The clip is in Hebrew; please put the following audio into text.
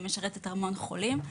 היא משרתת המון חולים,